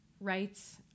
rights